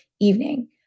evening